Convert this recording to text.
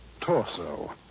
torso